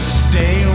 stay